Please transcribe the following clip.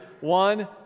One